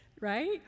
right